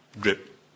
drip